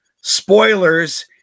spoilers